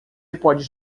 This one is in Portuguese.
pode